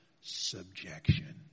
subjection